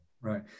Right